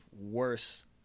worse